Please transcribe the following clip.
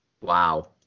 Wow